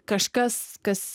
kažkas kas